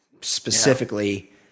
specifically